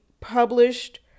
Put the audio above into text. published